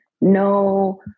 no